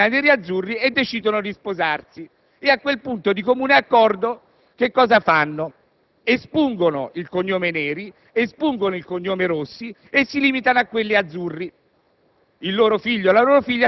conosce la signorina Neri-Azzurri e decidono di sposarsi. A quel punto, di comune accordo espungono il cognome Neri e il cognome Rossi e si limitano a quello Azzurri.